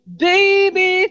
baby